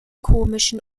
komischen